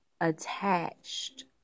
attached